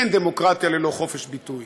אין דמוקרטיה ללא חופש ביטוי.